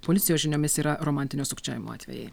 policijos žiniomis yra romantinio sukčiavimo atvejai